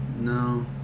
No